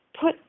Put